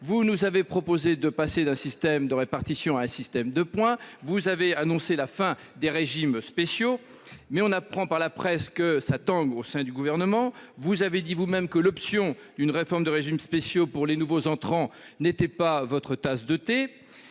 Vous nous avez proposé de passer d'un système par répartition à un système par points. Vous avez annoncé la fin des régimes spéciaux, mais on apprend par la presse que cela tangue au sein du Gouvernement. Vous avez vous-même affirmé que l'option d'une réforme des régimes spéciaux pour les nouveaux entrants n'était pas votre tasse de thé